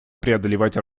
преодолевать